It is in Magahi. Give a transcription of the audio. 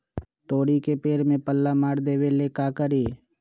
तोड़ी के पेड़ में पल्ला मार देबे ले का करी?